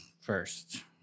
first